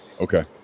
Okay